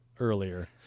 earlier